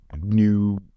new